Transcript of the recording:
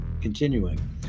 continuing